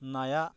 नाया